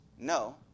No